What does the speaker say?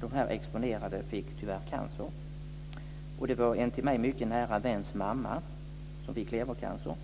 de exponerade fick tyvärr cancer - en till mig mycket nära väns mamma. Hon fick levercancer.